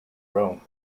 rome